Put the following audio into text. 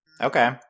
Okay